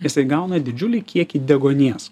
jisai gauna didžiulį kiekį deguonies